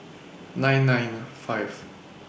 nine nine five